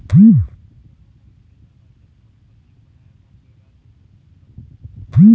कोनो मनखे ल अचल संपत्ति बनाय म बेरा तो बहुत लगथे